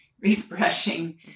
refreshing